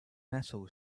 metal